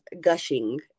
gushing